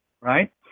Right